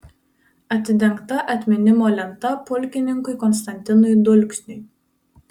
atidengta atminimo lenta pulkininkui konstantinui dulksniui